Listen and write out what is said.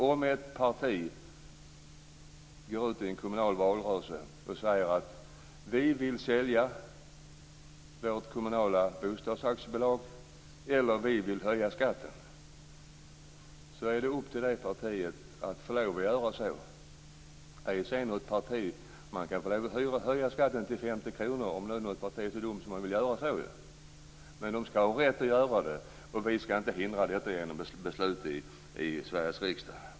Om ett parti går ut i en kommunal valrörelse och säger att det vill sälja det kommunala bostadsaktiebolaget eller höja skatten är det upp till det partiet att göra så. Man kan få lov att säga att man vill höja skatten till 50 kr om nu något parti är så dumt att det vill göra det. Partierna skall ha rätt att göra det. Vi skall inte hindra dem genom beslut i Sveriges riksdag.